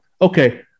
Okay